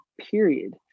period